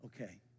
Okay